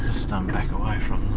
just um back away from